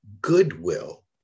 goodwill